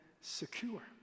secure